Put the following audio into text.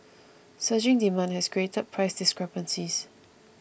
surging demand has created price discrepancies